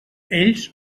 ells